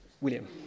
William